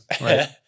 Right